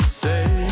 say